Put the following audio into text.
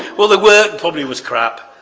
well, the word, probably, was crap.